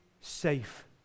safe